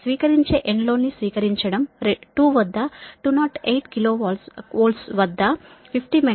స్వీకరించే ఎండ్ లోడ్ను స్వీకరించడం 2 వద్ద 208 KV వద్ద 50 మెగావాట్లు మరియు 0